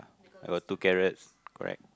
I got two carrots correct